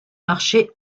marchés